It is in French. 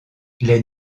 les